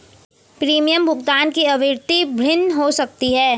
premium भुगतान की आवृत्ति भिन्न हो सकती है